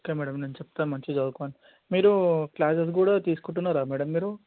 okay madam నేను చెప్తాను మంచిగా చదువుకో అని మీరు క్లాసెస్ కూడా తీసుకుంటున్నారా మ్యాడమ్ మీరు